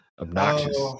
obnoxious